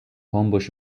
homebush